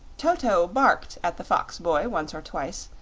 toto barked at the fox-boy once or twice,